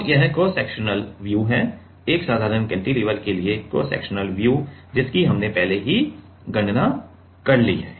तो यह cross sectional view है एक साधारण केंटिलीवर के लिए क्रॉस सेक्शनल व्यू जिसकी हमने पहले ही गणना कर ली है